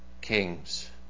kings